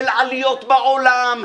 של עליות בעולם,